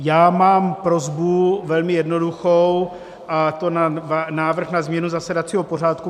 Já mám prosbu, velmi jednoduchou, a to návrh na změnu zasedacího pořádku.